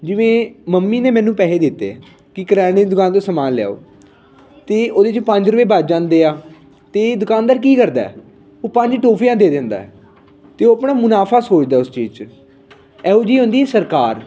ਜਿਵੇਂ ਮੰਮੀ ਨੇ ਮੈਨੂੰ ਪੈਸੇ ਦਿੱਤੇ ਹੈ ਕਿ ਕਰਿਆਨੇ ਦੀ ਦੁਕਾਨ ਤੋਂ ਸਮਾਨ ਲਿਆਓ ਅਤੇ ਉਹਦੇ 'ਚ ਪੰਜ ਰੁਪਏ ਬਚ ਜਾਂਦੇ ਆ ਤਾਂ ਦੁਕਾਨਦਾਰ ਕੀ ਕਰਦਾ ਉਹ ਪੰਜ ਟੋਫੀਆਂ ਦੇ ਦਿੰਦਾ ਹੈ ਅਤੇ ਉਹ ਆਪਣਾ ਮੁਨਾਫ਼ਾ ਸੋਚਦਾ ਉਸ ਚੀਜ਼ 'ਚ ਇਹੋ ਜਿਹੀ ਹੁੰਦੀ ਸਰਕਾਰ